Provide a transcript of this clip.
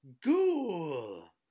ghoul